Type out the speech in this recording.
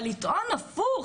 אבל לטעון הפוך,